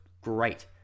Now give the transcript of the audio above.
great